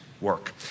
work